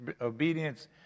Obedience